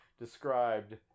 described